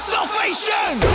Salvation